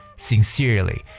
Sincerely